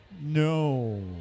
No